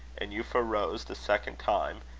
and euphra rose the second time,